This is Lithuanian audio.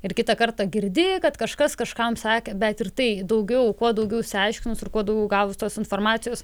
ir kitą kartą girdėję kad kažkas kažkam sakė bet ir tai daugiau kuo daugiau išsiaiškinus ir kuo daugiau gavus tos informacijos